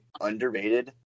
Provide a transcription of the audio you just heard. underrated